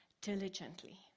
diligently